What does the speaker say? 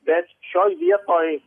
bet šioj vietoj